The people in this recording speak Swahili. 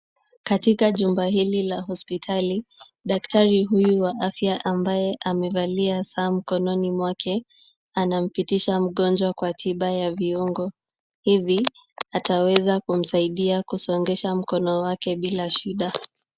Katika jumba hili la hospitali, daktari huyu wa afya ambaye amevalia saa mkononi mwake, anampitisha mgonjwa kwa tiba ya viungo. Hivi, ataweza kumsaidia kusongesha mkono wake bila shida.